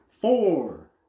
four